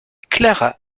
klara